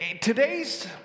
today's